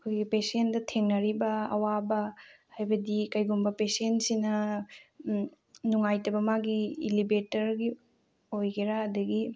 ꯑꯩꯈꯣꯏꯒꯤ ꯄꯦꯁꯦꯟꯗ ꯊꯦꯡꯅꯔꯤꯕ ꯑꯋꯥꯕ ꯍꯥꯏꯕꯗꯤ ꯀꯩꯒꯨꯝꯕ ꯄꯦꯁꯦꯟꯁꯤꯅ ꯅꯨꯡꯉꯥꯏꯇꯕ ꯃꯥꯒꯤ ꯏꯂꯤꯕꯦꯇꯔꯒꯤ ꯑꯣꯏꯒꯦꯔ ꯑꯗꯨꯗꯒꯤ